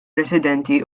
residenti